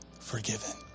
forgiven